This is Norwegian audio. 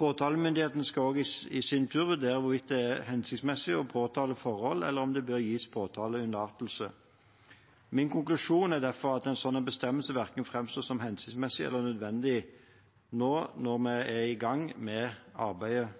Påtalemyndigheten skal også i sin tur vurdere hvorvidt det er hensiktsmessig å påtale forhold eller om det bør gis påtaleunnlatelse. Min konklusjon er derfor at en slik bestemmelse verken framstår som hensiktsmessig eller nødvendig nå når vi er i gang med arbeidet